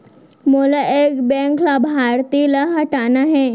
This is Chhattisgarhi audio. मोला एक बैंक लाभार्थी ल हटाना हे?